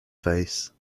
face